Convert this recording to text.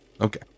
Okay